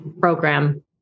program